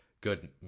good